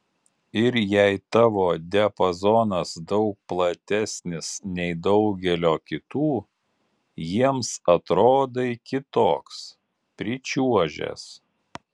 ir jei tavo diapazonas daug platesnis nei daugelio kitų jiems atrodai kitoks pričiuožęs